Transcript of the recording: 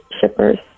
shippers